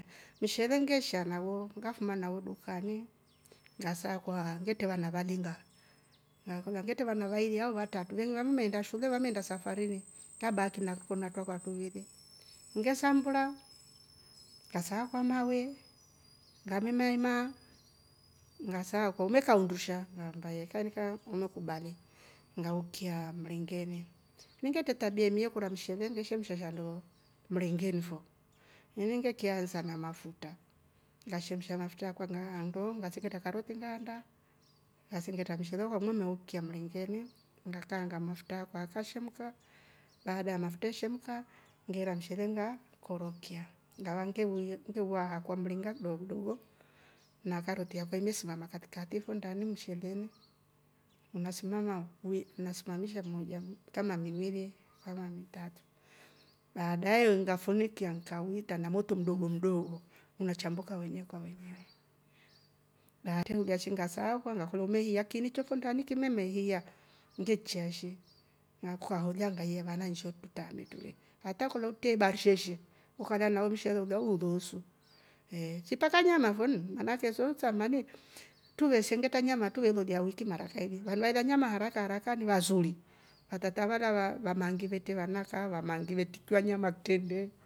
Ngeshelengesha na woo ngafuma na wodokani ngasakwa ngetewa na valinga na akula ngeteva navailia watatu vem wameenda shule wameenda safarini kabaki na arko na toka atuwili ngesambla sakwa nawe ngemema hema ngasako meka hundusha na hambaye kankae ulokubali ngaukia mlingene nge tatar benie uko meshe vingishausha ndalo mlingill fo. Mlenge kianza na mafuta ngashemsha mafuta kwa ngaando ngaseketa karoti ngaanda. ngeseketa mshele uvo wamengeukia mlengeni nganga mafuta akwa yakachemka baada ya mafuta chemka ngera mshiringa korokia ngawa nkemie nkeua hakuwa mringa kidoko dovo na karoti yako imesimama katikati uku ndani mcheleni ngasimama wei nasimama mmoja mmh kama miwili kama miitatu baadae eeh ngafunikia nika wuita na moto mdogomdogo unachanduka wenyewe kwa wenyewe na watehehuga chinga saoko nakolomehia kinicho fo ndani kimemehia ngechia shi na ukwahoja ngahia maana nshetuta mekiwe. hata koloutie barsheshe ukagan na usho we ugalu woloso ehh si mpaka nyama voni maana ake zoutwa nane tuwe sengeta nyama tuh welolya hueki mara kaili walalia nyama harakaharaka ni wazuri hatatavala wamengevetea wanakala lamangile titwa nyama tendoo